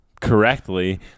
correctly